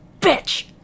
bitch